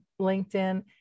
LinkedIn